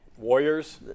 Warriors